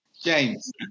James